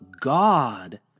God